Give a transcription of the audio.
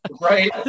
Right